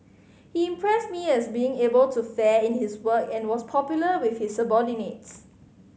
he impressed me as being able to fair in his work and was popular with his subordinates